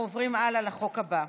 אנחנו עוברים לחוק הבא,